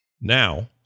Now